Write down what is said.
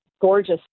gorgeous